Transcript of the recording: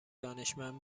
دانشمند